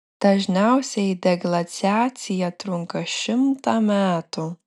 dažniausiai deglaciacija trunka šimtą metų